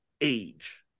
age